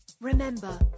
Remember